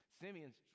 Simeon's